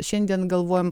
šiandien galvojam